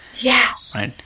Yes